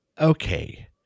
okay